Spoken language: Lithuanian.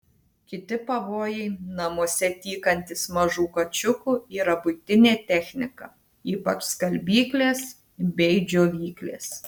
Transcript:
kiti pavojai namuose tykantys mažų kačiukų yra buitinė technika ypač skalbyklės bei džiovyklės